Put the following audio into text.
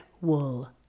wool